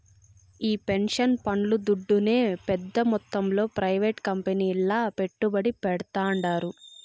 ఈ పెన్సన్ పండ్లు దుడ్డునే పెద్ద మొత్తంలో ప్రైవేట్ కంపెనీల్ల పెట్టుబడి పెడ్తాండారు